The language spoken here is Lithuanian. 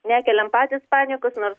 nekeliam patys panikos nors